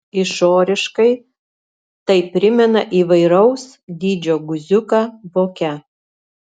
išoriškai tai primena įvairaus dydžio guziuką voke